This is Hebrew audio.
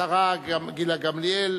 השרה גילה גמליאל